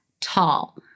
tall